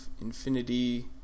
infinity